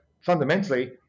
fundamentally